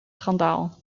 schandaal